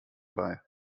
bei